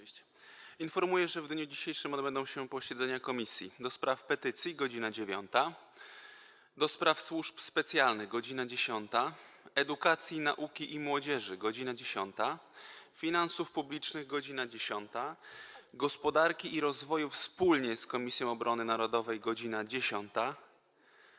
Informuję, że w dniu dzisiejszym odbędą się posiedzenia Komisji: - do Spraw Petycji - godz. 9, - do Spraw Służb Specjalnych - godz. 10, - Edukacji, Nauki i Młodzieży - godz. 10, - Finansów Publicznych - godz. 10, - Gospodarki i Rozwoju wspólnie z Komisją Obrony Narodowej - godz. 10,